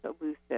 elusive